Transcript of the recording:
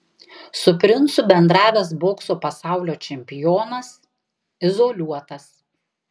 su princu bendravęs bokso pasaulio čempionas izoliuotas